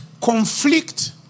conflict